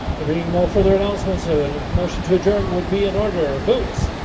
there being no further announcements a motion to adjourn would be in order boots